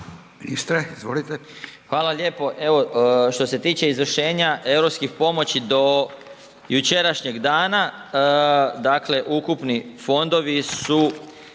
**Marić, Zdravko** Hvala lijepo. Evo, što se tiče izvršenja europskih pomoći do jučerašnjeg dana dakle ukupni fondovi su